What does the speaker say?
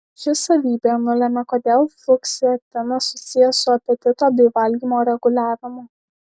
ši savybė nulemia kodėl fluoksetinas susijęs su apetito bei valgymo reguliavimu